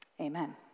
amen